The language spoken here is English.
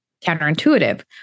counterintuitive